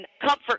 comfort